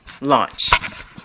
launch